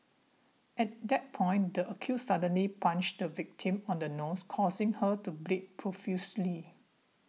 at that point the accused suddenly punched the victim on the nose causing her to bleed profusely